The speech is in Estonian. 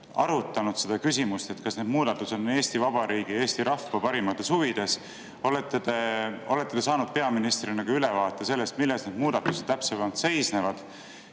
arutanud seda küsimust, et kas need muudatused on Eesti Vabariigi ja Eesti rahva parimates huvides. Olete te saanud peaministrina ülevaate sellest, milles need muudatused täpsemalt seisnevad?